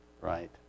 right